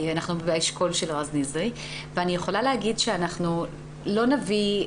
אנחנו באשכול של רז נזרי ואני יכולה להגיד שאנחנו לא נביא,